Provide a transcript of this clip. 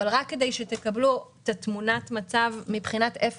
אבל רק כדי שתקבלו את תמונת המצב מבחינת איפה